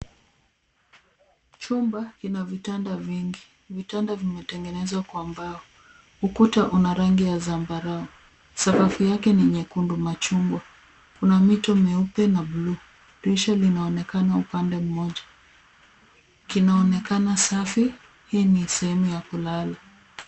Chumba kina vitanda vingi, vitanda vimetengenezwa kwa mbao ukuta una rangi ya zambarau sakafu yake ni nyekundu machungwa kuna mito mieupe na bluu lishe linaonekana upande mmoja. Kinaonekana safi hii ni sehemu ya kulala.